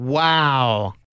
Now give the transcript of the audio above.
Wow